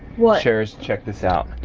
what? sharers check this out.